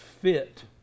fit